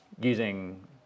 using